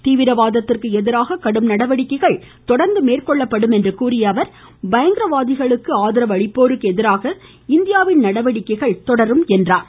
தீவிரவாதத்திற்கு எதிராக கடும் நடவடிக்கைகள் தொடர்ந்து மேற்கொள்ளப்படும் என்று கூறிய அவர் பயங்கரவாதிகளுக்கு ஆதரவு அளிப்போருக்கு எதிராக இந்தியாவின் நடவடிக்கைகள் தொடரும் என்றார்